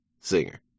singer